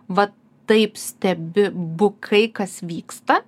va taip stebi bukai kas vyksta